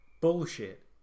Bullshit